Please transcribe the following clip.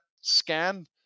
scan